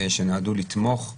שנועדו לתמוך ולהשלים,